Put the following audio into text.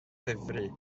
ddifrif